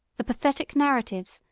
the pathetic narratives,